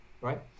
Right